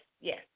yes